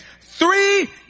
Three